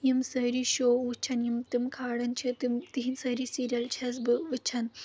یِم سٲری شو وٕچھان یِم تِم کھاران چھِ تِم تِہِنٛدۍ سٲری سیٖریل چھَس بہٕ وٕچھان